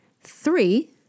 Three